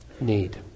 need